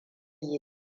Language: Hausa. yi